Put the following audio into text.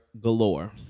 galore